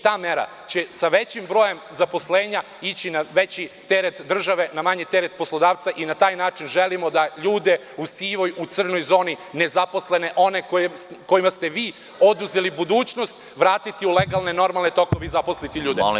Ta mera će sa većim brojem zaposlenja ići na veći teret države, na manji teret poslodavca i na taj način želimo da ljude u sivoj, u crnoj zoni, nezaposlene, one kojima ste vi oduzeli budućnost, vratiti u legalne, normalne tokove i zaposliti ljude.